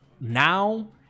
now